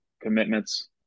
commitments